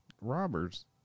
robbers